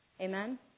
Amen